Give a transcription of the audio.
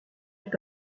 est